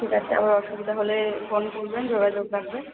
ঠিক আছে আবার অসুবিধা হলে ফোন করবেন যোগাযোগ রাখবেন